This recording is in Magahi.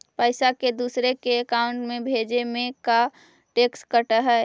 पैसा के दूसरे के अकाउंट में भेजें में का टैक्स कट है?